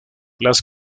las